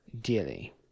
dearly